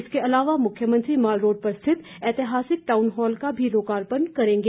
इसके अलावा मुख्यमंत्री मॉल रोड पर स्थित ऐतिहासिक टाउन हॉल का भी लोकार्पण करेंगे